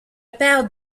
père